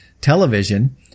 television